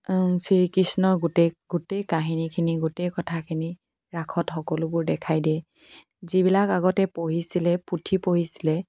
শ্ৰীকৃষ্ণৰ গোটেই গোটেই কাহিনীখিনি গোটেই কথাখিনি ৰাসত সকলোবোৰ দেখাই দিয়ে যিবিলাক আগতে পঢ়িছিলে পুথি পঢ়িছিলে